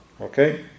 Okay